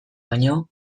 baino